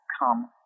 come